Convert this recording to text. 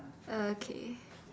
okay